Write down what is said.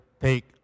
take